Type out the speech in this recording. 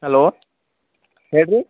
hello ಹೇಳ್ರಿ